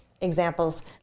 examples